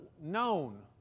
known